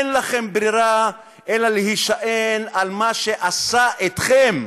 אין לכם ברירה אלא להישען על מה שעשה אתכם,